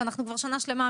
ואנחנו כבר שנה שלמה,